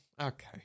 Okay